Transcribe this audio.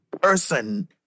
person